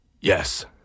Yes